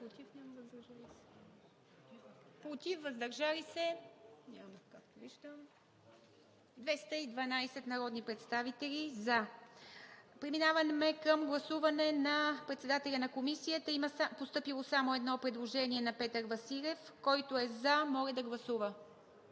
Против и въздържали се? 212 народни представители – за. Преминаваме към гласуване на председателя на Комисията. Има постъпило само едно предложение – на Радостин Василев. Който е за, моля да гласува.